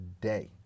day